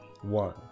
one